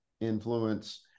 influence